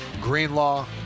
Greenlaw